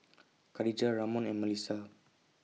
Khadijah Ramon and Mellisa